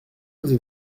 avez